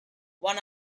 one